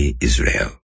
Israel